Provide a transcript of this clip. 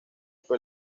fue